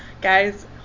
Guys